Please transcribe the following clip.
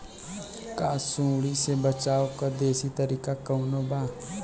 का सूंडी से बचाव क देशी तरीका कवनो बा?